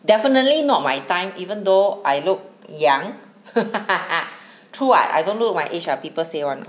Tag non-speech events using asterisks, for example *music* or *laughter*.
definitely not my time even though I look young *laughs* true what I don't look my age [what] people say [one]